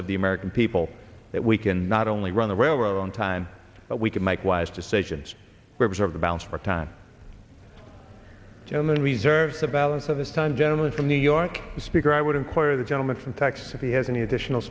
of the american people that we can not only run the railroad on time but we can make wise decisions where preserve the bounce for time gentleman reserves the balance of this time gentleman from new york speaker i would inquire the gentleman from texas if he has any additional